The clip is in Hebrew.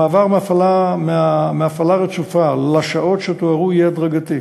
המעבר מהפעלה הרצופה לשעות שתוארו יהיה הדרגתי.